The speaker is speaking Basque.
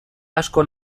asko